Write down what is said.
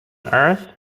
earth